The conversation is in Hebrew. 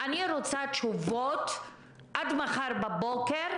אני רוצה תשובות כתובות ברורות עד מחר בבוקר